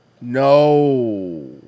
No